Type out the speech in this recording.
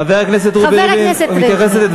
חבר הכנסת רובי ריבלין,